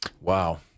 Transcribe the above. Wow